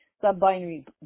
sub-binary